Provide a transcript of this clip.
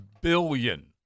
billion